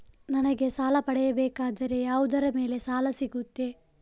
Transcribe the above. ನನಗೆ ಸಾಲ ಪಡೆಯಬೇಕಾದರೆ ಯಾವುದರ ಮೇಲೆ ಸಾಲ ಸಿಗುತ್ತೆ?